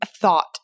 thought